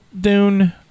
dune